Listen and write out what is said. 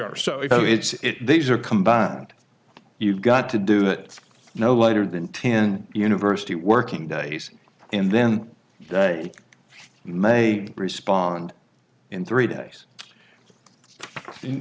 are so it's these are combined you've got to do it no later than ten university working days and then they may respond in three days in